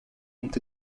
ont